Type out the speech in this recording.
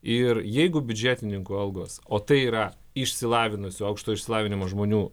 ir jeigu biudžetininkų algos o tai yra išsilavinusių aukšto išsilavinimo žmonių